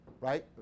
right